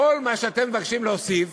כל מה שאתם מבקשים להוסיף